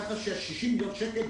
כך שה-60 מיליון שקלים,